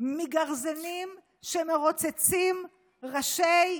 מגרזינים שמרוצצים ראשי